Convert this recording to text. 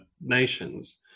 nations